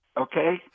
Okay